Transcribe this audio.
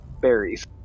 berries